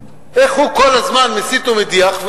איך הוא כל הזמן מסית ומדיח.